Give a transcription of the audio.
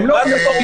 תוריד אותו.